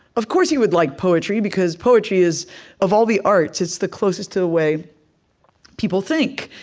of course, you would like poetry, because poetry is of all the arts, it's the closest to the way people think.